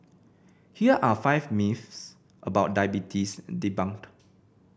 here are five myths about diabetes debunked